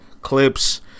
Clips